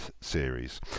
series